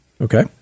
Okay